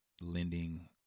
lending